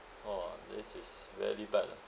!wah! this is very bad lah